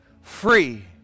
free